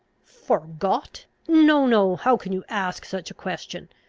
forgot? no, no. how can you ask such a question?